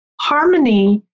harmony